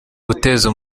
guteza